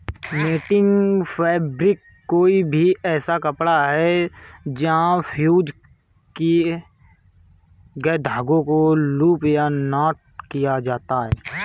netting fabric कोई भी ऐसा कपड़ा है जहाँ फ़्यूज़ किए गए धागों को लूप या नॉट किया जाता है